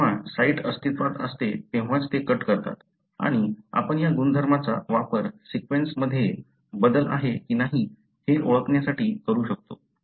जेव्हा साइट अस्तित्वात असते तेव्हाच ते कट करतात आणि आपण या गुणधर्मचा वापर सीक्वेन्स मध्ये बदल आहे की नाही हे ओळखण्यासाठी करू शकतो